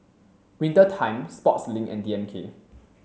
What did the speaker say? Winter Time Sportslink and D M K